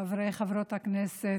חברי וחברות הכנסת,